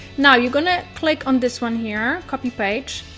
now, you're going to click on this one here, copy page.